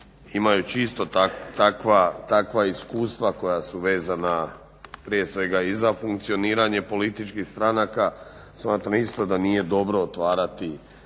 imajući isto takva iskustva koja su vezana prije svega i za funkcioniranje političkih stranaka, smatram da isto nije dobro otvarati